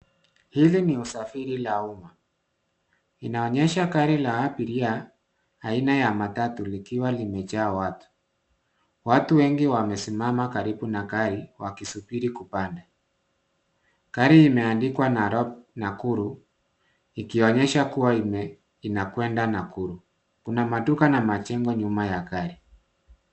Hili ni usafiri la uma. Inaonyesha gari la abiria aina ya matatu likiwa limejaa watu. Watu wengi wamesimama karibu na gari wakisubiri kupanda. Gari imeandikwa Narok, Nakuru ikionyesha kuwa inakwenda Nakuru. Kuna maduka na majengo nyuma ya gari.